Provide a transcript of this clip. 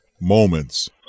moments